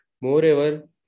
Moreover